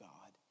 God